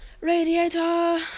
radiator